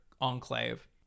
enclave